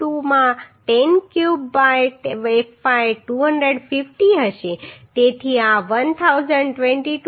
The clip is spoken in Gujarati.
72 માં 10 ક્યુબ બાય fy 250 હશે તેથી આ 1022